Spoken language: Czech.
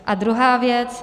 A druhá věc.